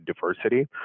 diversity